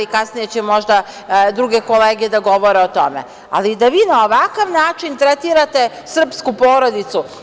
Kasnije će možda druge kolege da govore o tome, ali da vi na ovakav način tretirate srpsku porodicu.